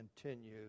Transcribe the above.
continue